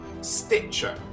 Stitcher